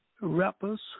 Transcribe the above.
rappers